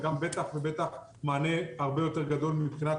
וגם בטח ובטח מענה הרבה יותר גדול מבחינת